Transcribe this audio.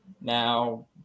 now